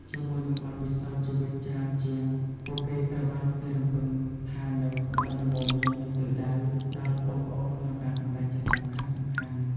ជាមួយនឹងបទពិសោធន៍ជីវិតច្រើនជាង ពួកគេត្រូវបានគេរំពឹងថានឹង ផ្ដល់ដំបូន្មាន និងទិសដៅ ដល់ប្អូនៗក្នុងការសម្រេចចិត្តសំខាន់ៗ។